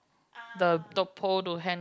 the the pole to hang